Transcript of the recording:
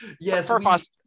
Yes